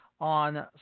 on